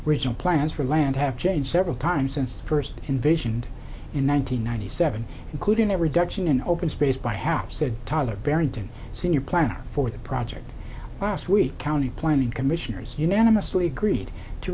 original plans for land have changed several times since the first envisioned in one nine hundred ninety seven including a reduction in open space by half said tyler barrington senior planner for the project last week county planning commissioners unanimously agreed to